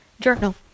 journal